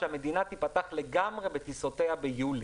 שהמדינה תפתח לגמרי בטיסותיה ביולי.